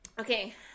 Okay